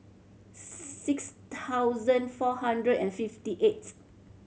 six thousand four hundred and fifty eighth